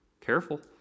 Careful